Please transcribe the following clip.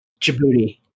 Djibouti